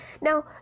Now